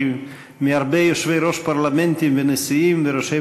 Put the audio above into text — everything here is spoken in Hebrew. כי מהרבה יושבי-ראש פרלמנטים ונשיאים וראשי